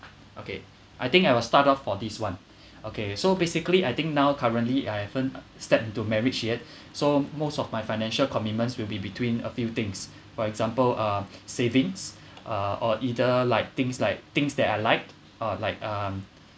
okay I think I will start off for this one okay so basically I think now currently I haven't stepped into marriage yet so most of my financial commitments will be between a few things for example uh savings uh or either like things like things that I liked uh like um